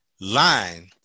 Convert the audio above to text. line